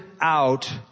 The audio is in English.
out